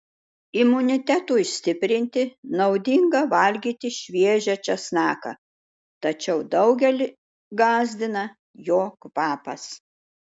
imunitetui stiprinti naudinga valgyti šviežią česnaką tačiau daugelį gąsdina jo kvapas